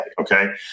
Okay